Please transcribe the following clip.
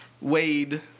Wade